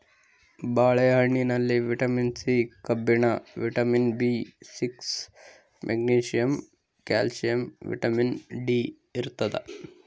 ಬಾಳೆ ಹಣ್ಣಿನಲ್ಲಿ vitamin C ಕಬ್ಬಿಣ vitamin B six magnesium calcium vitamin D ಇರ್ತಾದ